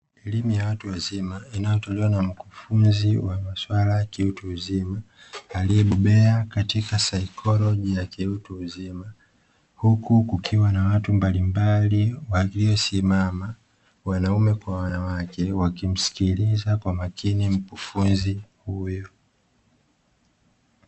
Elimu ya watu wazima inayotolewa na mkufunzi wa maswala ya kiutu uzima, aliyebobea katika saikoloji ya kiutu Uzima, huku kukiwa na watu mbalimbali waliosimama, wanaume kwa wanawake wakimsikiliza kwa makini mkufunzi huyo.